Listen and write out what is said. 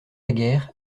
guerre